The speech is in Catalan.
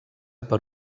per